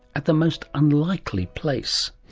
at the most unlikely place.